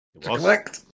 collect